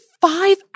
five